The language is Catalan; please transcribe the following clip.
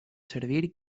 servir